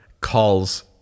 calls